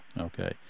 Okay